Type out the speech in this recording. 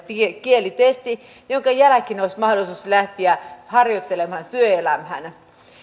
kielitesti jonka jälkeen olisi mahdollisuus lähteä harjoittelemaan työelämään